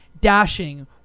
dashing